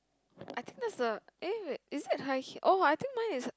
I think that's the eh wait is it high h~ oh I think mine is